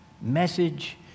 message